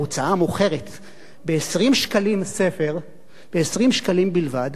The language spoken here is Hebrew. ברגע שההוצאה מוכרת ספר ב-20 שקלים בלבד,